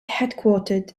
headquartered